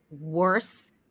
worse